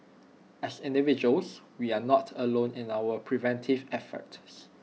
as individuals we are not alone in our preventive efforts